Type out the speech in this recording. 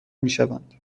میشوند